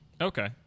Okay